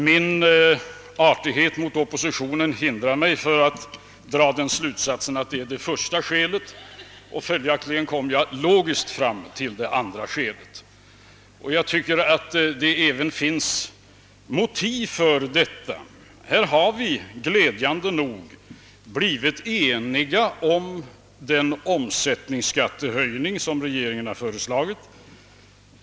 Min artighet mot oppositionen hindrar mig från att dra slutsatsen att det är det första skälet, och följaktligen kommer jag logiskt fram till det andra skälet. Jag tycker även att det finns motiv för detta. Här har vi glädjande nog blivit eniga om den omsättningsskattehöjning som regeringen har föreslagit.